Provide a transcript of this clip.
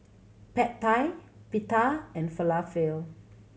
Pad Thai Pita and Falafel